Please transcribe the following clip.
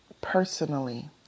personally